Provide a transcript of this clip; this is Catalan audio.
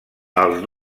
els